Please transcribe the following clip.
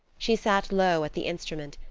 she sat low at the instrument,